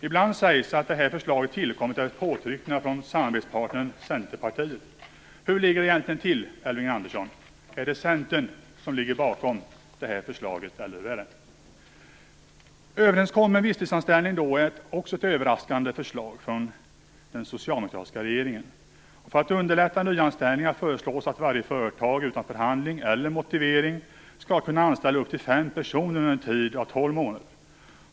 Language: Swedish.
Ibland sägs att förslaget har tillkommit efter påtryckningar från samarbetspartnern Centerpartiet. Hur ligger det egentligen till, Elving Andersson? Är det Centern som ligger bakom förslaget, eller hur är det? Överenskommen visstidsanställning är också ett överraskande förslag från den socialdemokratiska regeringen. För att underlätta nyanställningar föreslås att varje företag utan förhandling eller motivering skall kunna anställa upp till fem personer under en tid av tolv månader.